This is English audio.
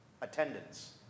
attendance